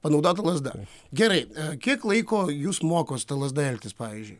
panaudota lazda gerai kiek laiko jus moko su ta lazda elgtis pavyzdžiui